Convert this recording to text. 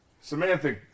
Samantha